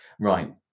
right